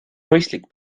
mõistlik